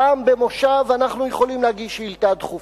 פעם במושב אנחנו יכולים להגיש שאילתא דחופה.